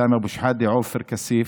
סמי אבו שחאדה ועופר כסיף,